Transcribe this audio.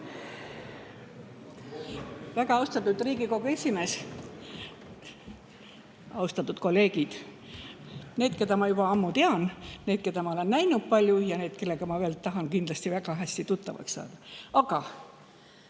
Väga austatud Riigikogu esimees! Austatud kolleegid – need, keda ma juba ammu tean, need, keda ma olen palju näinud, ja need, kellega ma tahan kindlasti väga hästi tuttavaks saada!